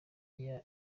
yaje